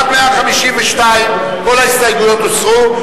עד 152 כל ההסתייגויות הוסרו.